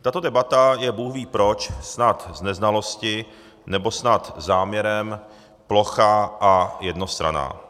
Tato debata je bůhví proč, snad z neznalosti, nebo snad záměrně, plochá a jednostranná.